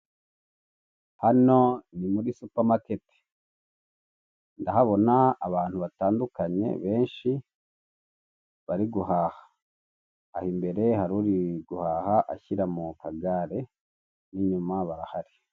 Hano ni muri supamaketi ndahabona abantu batandukanye benshi bari guhaha aho imbere hari uri guhaha ashyira mu kagare n'inyuma barahari.